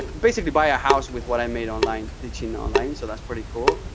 like basically buy a house with what i made online, teaching online, so that's pretty cool.